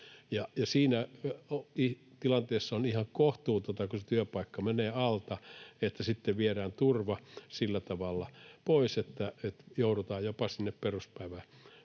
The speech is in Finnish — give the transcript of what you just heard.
Siinä tilanteessa on ihan kohtuutonta, kun työpaikka menee alta, että sitten viedään turva sillä tavalla pois, että joudutaan jopa sinne peruspäivärahan